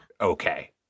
okay